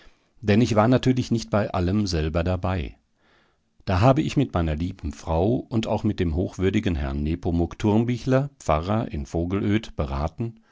denn ich war natürlich nicht bei allem selber dabei da habe ich mit meiner lieben frau und auch mit dem hochwürdigen herrn nepomuk thurmbichler pfarrer in vogelöd beraten